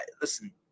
listen